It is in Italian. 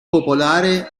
popolare